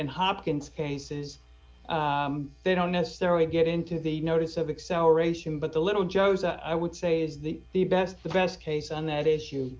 and hopkins cases they don't necessarily get into the notice of acceleration but the little joe's i would say is the the best the best case on that issue